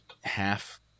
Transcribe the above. half